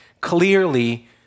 Clearly